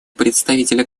представителя